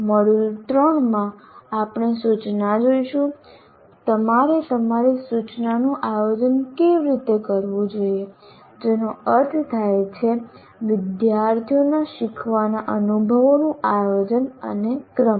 module 3 માં આપણે સૂચના જોઈશું તમારે તમારી સૂચનાનું આયોજન કેવી રીતે કરવું જોઈએ જેનો અર્થ થાય છે વિદ્યાર્થીઓના શીખવાના અનુભવોનું આયોજન અને ક્રમ